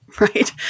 Right